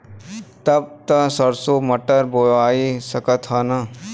अब त सरसो मटर बोआय सकत ह न?